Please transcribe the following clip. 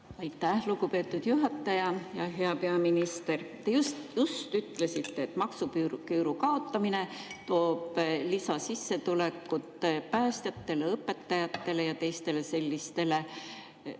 Aitäh, lugupeetud juhataja! Hea peaminister! Te just ütlesite, et maksuküüru kaotamine toob lisasissetulekut päästjatele, õpetajatele ja teistele sellistele